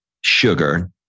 sugar